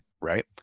right